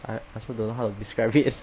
I I also don't know how to describe it